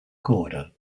gorda